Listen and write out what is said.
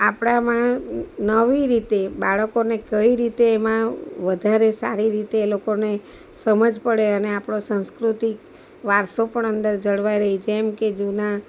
આપણામાં નવી રીતે બાળકોને કઈ રીતે એમાં વધારે સારી રીતે એ લોકોને સમજ પડે અને આપણો સાંસ્કૃતિક વારસો પણ અંદર જળવાઈ રહે જેમકે જૂના